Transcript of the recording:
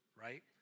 Right